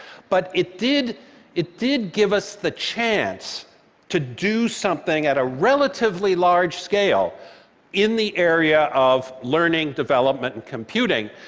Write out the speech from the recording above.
but it did it did give us the chance to do something at a relatively large scale in the area of learning, development and computing.